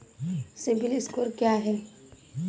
CIBIL score क्या है?